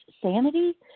sanity